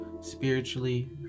spiritually